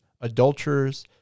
adulterers